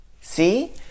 see